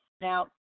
Now